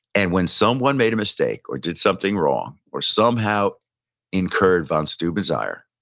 and when someone made a mistake or did something wrong or somehow incurred von steuben's ire,